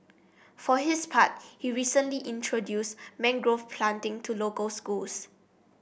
for his part he recently introduced mangrove planting to local schools